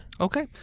Okay